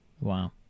Wow